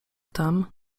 tam